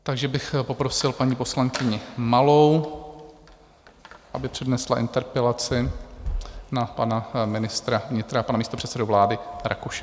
Takže bych poprosil paní poslankyni Malou, aby přednesla interpelaci na pana ministra vnitra, pana místopředsedu vlády Rakušana.